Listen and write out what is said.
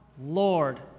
Lord